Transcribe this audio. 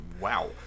wow